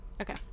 Okay